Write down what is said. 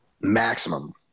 maximum